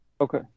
Okay